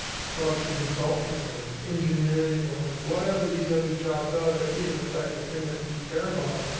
production consultant or and engineering or whatever these other jobs are that even affect the thing that you care about.